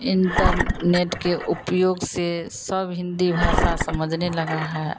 internet के उपयोग से सब हिन्दी भाषा समझने लगा है